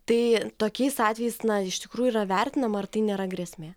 tai tokiais atvejais na iš tikrųjų yra vertinama ar tai nėra grėsmė